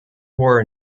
were